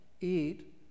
eat